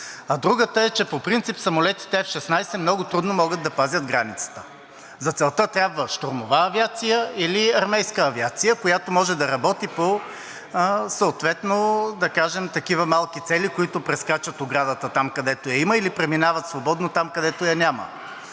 а другата е, че по принцип самолетите F-16 много трудно могат да пазят границата. За целта трябва щурмова авиация или армейска авиация, която може да работи по съответно, да кажем, такива малки цели, които прескачат оградата – там, където я има, или преминават свободно там, където я няма,